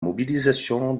mobilisation